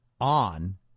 on